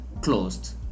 closed